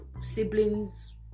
siblings